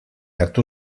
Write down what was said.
hartu